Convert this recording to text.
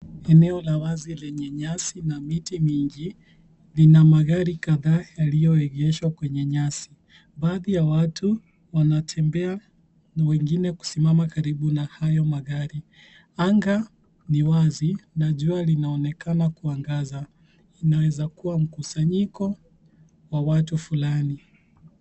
Eneo la wazi lenye nyasi na miti mingi lina magari kadhaa yaliyoegeshwa kwenye nyasi. Baadhi ya watu wanatembea, mwingine kusimama karibu na hayo magari. Anga ni wazi na jua linaonekana kuangaza. Inaweza kuwa mkusanyiko wa watu fulani.